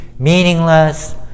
meaningless